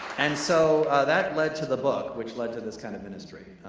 and so that led to the book, which led to this kind of ministry.